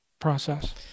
process